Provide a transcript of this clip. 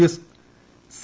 S C